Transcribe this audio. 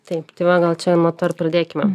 taip tai va gal čia nuo to ir pradėkime